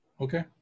Okay